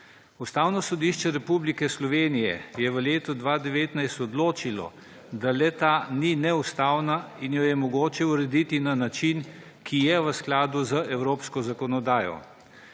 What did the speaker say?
Ustavno sodišče Republike Slovenije je v letu 2019 odločilo, da le-ta ni neustavna in jo je mogoče urediti na način, ki je v skladu z evropsko zakonodajo.